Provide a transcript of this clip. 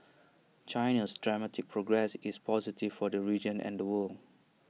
China's dramatic progress is positive for the region and the world